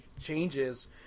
changes